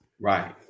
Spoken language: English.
Right